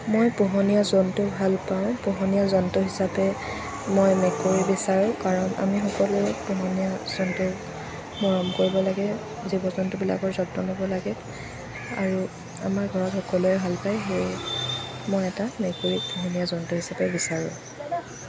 মই পোহনীয়া জন্তু ভাল পাওঁ পোহনীয়া জন্তু হিচাপে মই মেকুৰী বিচাৰোঁ কাৰণ আমি সকলোৱে পোহনীয়া জন্তু মৰম কৰিব লাগে জীৱ জন্তুবিলাকৰ যত্ন ল'ব লাগে আৰু আমাৰ ঘৰত সকলোৱে ভাল পায় সেয়েহে মই এটা মেকুৰী পোহনীয়া জন্তু হিচাপে বিচাৰোঁ